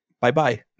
bye-bye